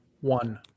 One